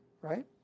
right